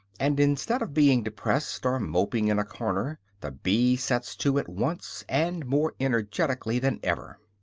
and instead of being depressed or moping in a corner, the bee sets to at once, and more energetically than ever.